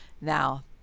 now